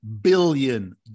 billion